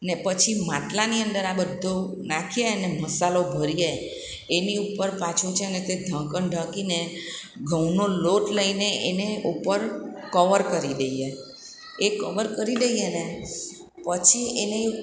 ને પછી માટલાની અંદર આ બધો નાખીએ અને મસાલો ભરીએ એની ઉપર પાછું છે ને તે ઢાંકણ ઢાંકીને ઘઉંનો લોટ લઈને એને ઉપર કવર કરી દઈએ એ કવર કરી દઈએ ને પછી એને